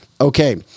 Okay